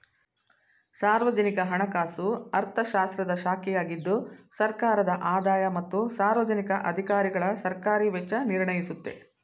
ಸಾರ್ವಜನಿಕ ಹಣಕಾಸು ಅರ್ಥಶಾಸ್ತ್ರದ ಶಾಖೆಯಾಗಿದ್ದು ಸರ್ಕಾರದ ಆದಾಯ ಮತ್ತು ಸಾರ್ವಜನಿಕ ಅಧಿಕಾರಿಗಳಸರ್ಕಾರಿ ವೆಚ್ಚ ನಿರ್ಣಯಿಸುತ್ತೆ